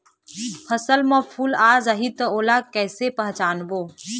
फसल म फूल आ जाही त ओला कइसे पहचानबो?